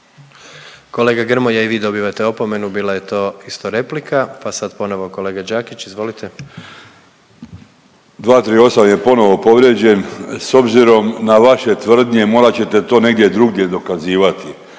Kolega Grmoja i vi dobivate opomenu bila je to isto replika. Pa sad ponovo kolega Đakić, izvolite. **Đakić, Josip (HDZ)** 238. je ponovo povrijeđen. S obzirom na vaše tvrdnje morat ćete to negdje drugdje dokazivati,